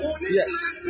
Yes